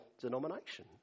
denomination